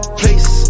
place